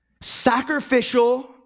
sacrificial